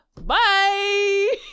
Bye